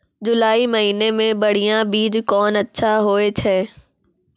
जुलाई महीने मे बढ़िया बीज कौन अच्छा होय छै?